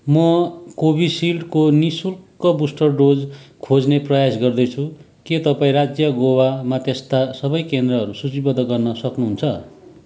म कोभिसिल्डको निःशुल्क बुस्टर डोज खोज्ने प्रयास गर्दैछु के तपाईँ राज्य गोवामा त्यस्ता सबै केन्द्रहरू सूचीबद्ध गर्न सक्नुहुन्छ